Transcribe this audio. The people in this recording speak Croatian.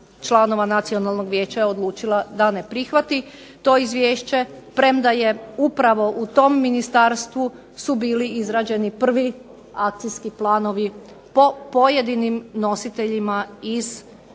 članova nacionalnog vijeća je odlučila da ne prihvati to izvješće, premda je upravo u tom ministarstvu su bili izrađeni prvi akcijski planovi po pojedinim nositeljima iz